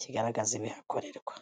kigaragaza ibihakorerwa.